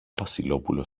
βασιλόπουλο